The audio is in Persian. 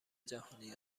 جهانی